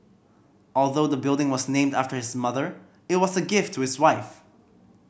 although the building was named after his mother it was a gift to his wife